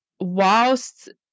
whilst